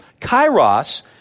Kairos